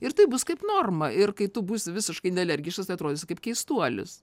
ir taip bus kaip norma ir kai tu būsi visiškai nealergiškas tai atrodysi kaip keistuolis